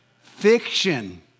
Fiction